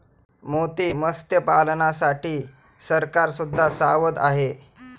मोती मत्स्यपालनासाठी सरकार सुद्धा सावध आहे